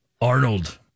Arnold